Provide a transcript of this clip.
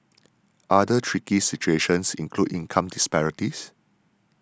other tricky situations include income disparities